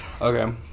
Okay